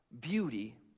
beauty